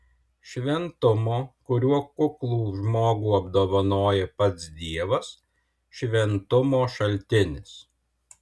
šventumo kuriuo kuklų žmogų apdovanoja pats dievas šventumo šaltinis